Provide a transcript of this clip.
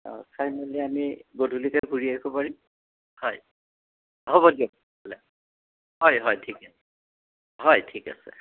অঁ চাই মেলি আমি গধূলিকৈ ঘূৰি আহিব পাৰিম হয় হ'ব দিয়ক তেনেহ'লে হয় হয় ঠিক আছে হয় ঠিক আছে